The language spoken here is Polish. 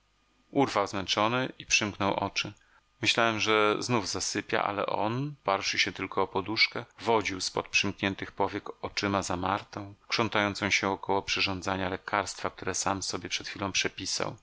urwał zmęczony i przymknął oczy myślałem że znów zasypia ale on oparłszy się tylko o poduszkę wodził z pod przymkniętych powiek oczyma za martą krzątającą się około przyrządzenia lekarstwa które sam sobie przed chwilą przepisał